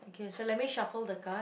okay so let me shuffle the card